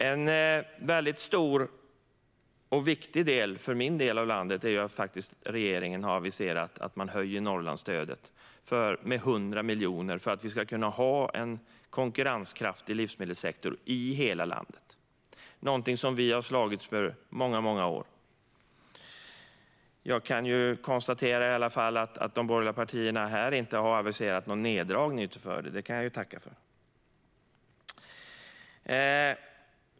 En mycket stor och viktig del i min del av landet är att regeringen har aviserat att man höjer Norrlandsstödet med 100 miljoner för att vi ska kunna ha en konkurrenskraftig livsmedelssektor i hela landet. Det är någonting som vi har slagits för i många år. Jag kan konstatera att de borgerliga partierna här i varje fall inte aviserat någon neddragning, och det kan jag tacka för.